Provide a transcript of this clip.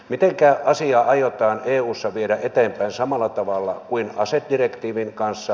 mitenkä asiaa aiotaan eussa viedä eteenpäin samalla tavalla kuin asedirektiivin kanssa